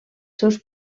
seus